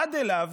עד אליו